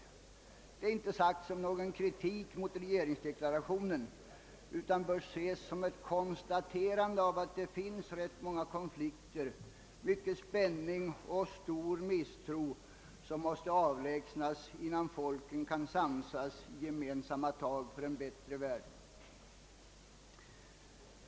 — Detta är inte sagt som någon kritik mot regeringsdeklarationen, utan det bör ses som ett konstaterande av att det finns ganska många konflikter, mycken spänning och stor misstro, som måste avlägsnas innan folken kan samsas till gemensamma tag för en bättre värld.